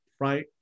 right